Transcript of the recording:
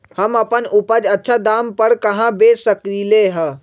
हम अपन उपज अच्छा दाम पर कहाँ बेच सकीले ह?